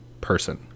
person